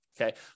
Okay